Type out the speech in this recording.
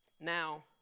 Now